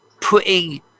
putting